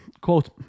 Quote